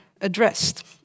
addressed